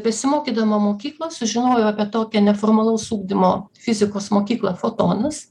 besimokydama mokykloj sužinojau apie tokią neformalaus ugdymo fizikos mokyklą fotonus